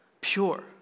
pure